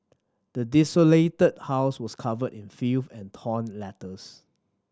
the desolated house was covered in filth and torn letters